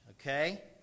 okay